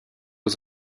aux